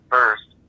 First